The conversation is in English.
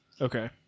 Okay